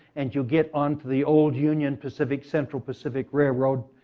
and you get on to the old union pacific central pacific railroad,